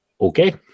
okay